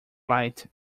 light